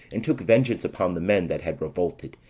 and took vengeance upon the men that had revolted,